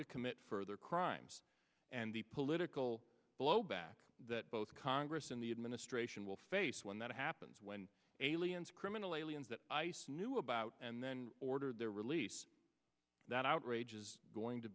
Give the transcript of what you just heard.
to commit further crimes and the political blowback that both congress and the administration will face when that happens when aliens criminal aliens that knew about and then ordered their release that outrage is going to